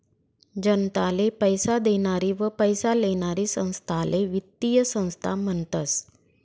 जनताले पैसा देनारी व पैसा लेनारी संस्थाले वित्तीय संस्था म्हनतस